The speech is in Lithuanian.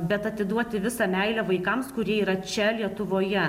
bet atiduoti visą meilę vaikams kurie yra čia lietuvoje